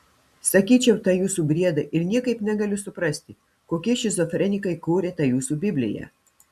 sakyčiau tą jūsų briedą ir niekaip negaliu suprasti kokie šizofrenikai kūrė tą jūsų bibliją